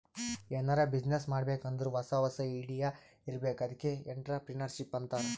ಎನಾರೇ ಬಿಸಿನ್ನೆಸ್ ಮಾಡ್ಬೇಕ್ ಅಂದುರ್ ಹೊಸಾ ಹೊಸಾ ಐಡಿಯಾ ಇರ್ಬೇಕ್ ಅದ್ಕೆ ಎಂಟ್ರರ್ಪ್ರಿನರ್ಶಿಪ್ ಅಂತಾರ್